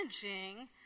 challenging